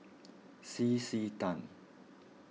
C C Tan